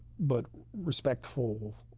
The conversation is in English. but respectful,